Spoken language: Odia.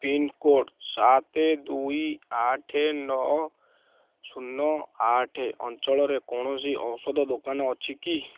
ପିନ୍କୋଡ଼୍ ସାତ ଦୁଇ ନଅ ଶୂନ ଆଠ ଅଞ୍ଚଳରେ କୌଣସି ଔଷଧ ଦୋକାନ ଅଛି କି